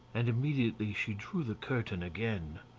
and immediately she drew the curtain again.